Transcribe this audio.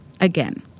again